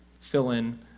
fill-in